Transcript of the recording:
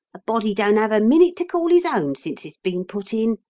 a body don't have a minute to call his own since it's been put in,